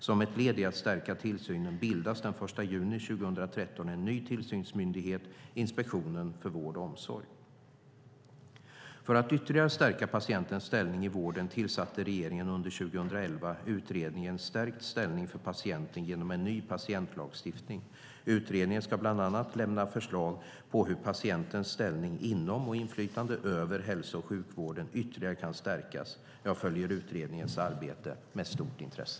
Som ett led i att stärka tillsynen bildas den 1 juni 2013 en ny tillsynsmyndighet - Inspektionen för vård och omsorg. För att ytterligare stärka patientens ställning i vården tillsatte regeringen under 2011 utredningen Stärkt ställning för patienten genom en ny patientlagstiftning . Utredningen ska bland annat lämna förslag på hur patientens ställning inom och inflytande över hälso och sjukvården ytterligare kan stärkas. Jag följer utredningens arbete med stort intresse.